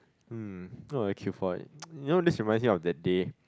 um why would I queue for it you know this reminds me of that day